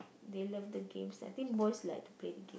they love the games I think boys like to play the game